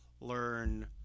learn